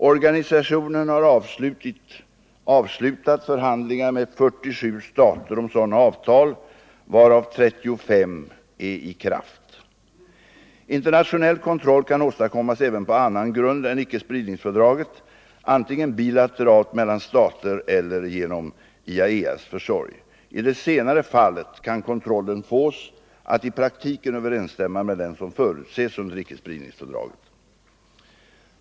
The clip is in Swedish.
Organisationen har avslutat förhandlingar med 47 stater om sådana avtal, varav 35 är i kraft. Internationell kontroll kan åstadkommas även på annan grund än icke-spridningsfördraget, antingen bilateralt mellan stater eller genom IAEA:s försorg. I det senare fallet kan kontrollen fås att i praktiken överensstämma med den som förutses under icke-spridningsfördraget.